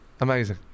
Amazing